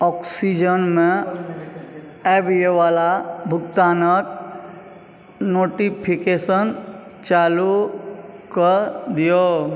ऑक्सीजनमे आबैवला भुगतानके नोटिफिकेशन चालू कऽ दिऔ